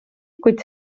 kuid